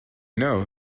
know